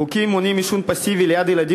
חוקים המונעים עישון פסיבי של ילדים